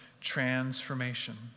transformation